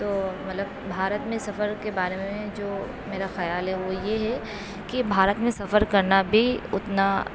تو مطلب بھارت میں سفر کے بارے میں جو میرا خیال ہے وہ یہ ہے کہ بھارت میں سفر کرنا بھی اتنا